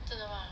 真的吗